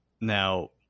Now